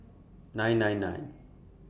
nine nine nine